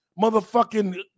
motherfucking